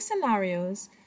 scenarios